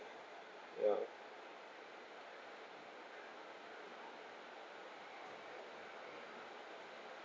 ya